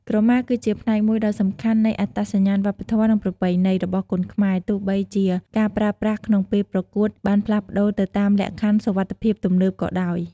ក្រមាគឺជា ផ្នែកមួយដ៏សំខាន់នៃអត្តសញ្ញាណវប្បធម៌ និងប្រពៃណី របស់គុនខ្មែរ ទោះបីជាការប្រើប្រាស់ក្នុងពេលប្រកួតបានផ្លាស់ប្ដូរទៅតាមលក្ខខណ្ឌសុវត្ថិភាពទំនើបក៏ដោយ។